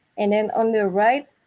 and then on the right,